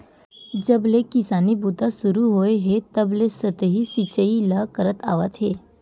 जब ले किसानी बूता सुरू होए हे तब ले सतही सिचई ल करत आवत हे